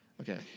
Okay